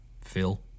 Phil